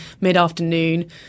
mid-afternoon